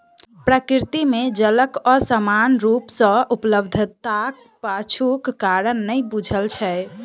प्रकृति मे जलक असमान रूप सॅ उपलब्धताक पाछूक कारण नै बूझल छै